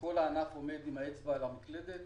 כל הענף עומד עם האצבע על המקלדת,